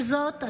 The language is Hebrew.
עם זאת,